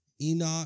Enoch